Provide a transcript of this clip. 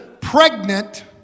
Pregnant